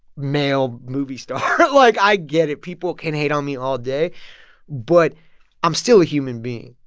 male movie star. like, i get it. people can hate on me all day but i'm still a human being,